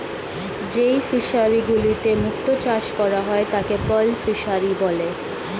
যেই ফিশারি গুলিতে মুক্ত চাষ করা হয় তাকে পার্ল ফিসারী বলে